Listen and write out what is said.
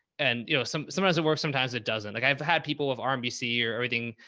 and, you know, some, sometimes it works. sometimes it doesn't. like i've had people with rmbc or everything,